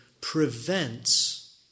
prevents